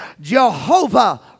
Jehovah